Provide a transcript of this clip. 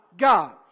God